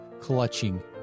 clutching